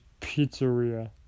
Pizzeria